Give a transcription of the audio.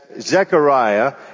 Zechariah